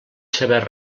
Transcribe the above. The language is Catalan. saber